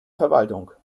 verwaltung